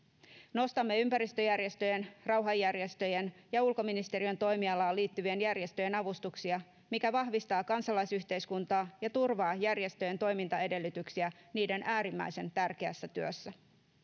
nostamme ympäristöjärjestöjen rauhanjärjestöjen ja ulkoministeriön toimialaan liittyvien järjestöjen avustuksia mikä vahvistaa kansalaisyhteiskuntaa ja turvaa järjestöjen toimintaedellytyksiä niiden äärimmäisen tärkeässä työssä